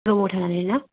गोबाव थायोना